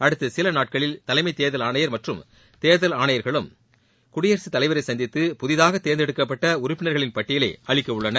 அடுத்த சில நாட்களில் தலைமத் தேர்தல் ஆணையர் மற்றும் தேர்தல் ஆணையர்களும் குடியரசுத் தலைவரை சந்தித்து புதிதாக தேர்ந்தெடுக்கப்பட்ட உறுப்பினர்களின் பட்டியலை அளிக்க உள்ளனர்